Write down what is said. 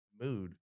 mood